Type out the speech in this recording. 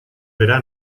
verá